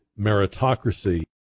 meritocracy